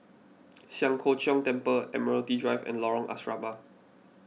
Siang Cho Keong Temple Admiralty Drive and Lorong Asrama